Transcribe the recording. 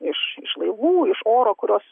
iš iš laivų iš oro kurios